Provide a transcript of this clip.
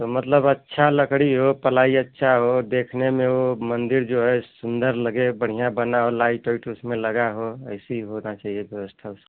मतलब अच्छा लड़की हो पलाइ अच्छा हो देखने में वह मंदिर जो है सुंदर लगे बढ़िया बना हो लाइट वाइट उसमें लगा हो ए सी होना चाहिए व्यवस्था